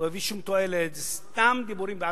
הוא לא הביא שום תועלת, סתם דיבורים בעלמא.